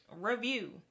Review